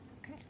Okay